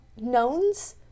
knowns